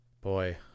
Boy